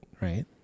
right